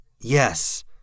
Yes